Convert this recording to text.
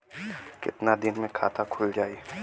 कितना दिन मे खाता खुल जाई?